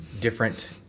different